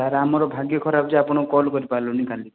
sir ଆମର ଭାଗ୍ୟ ଖରାପ ଯେ ଆପଣଙ୍କୁ କଲ୍ କରିପାରିଲୁନି କାଲି